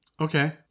Okay